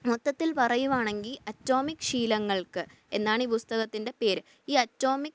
മൊത്തത്തിൽ പറയുവാണെങ്കില് അറ്റോമിക് ശീലങ്ങൾക്ക് എന്നാണ് പുസ്തകത്തിൻ്റെ പേര് ഈ അറ്റോമിക്